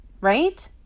right